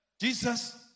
Jesus